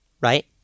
Right